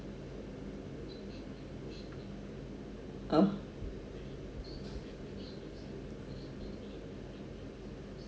oh